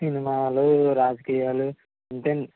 సినిమాలు రాజకీయాలు అంతేండి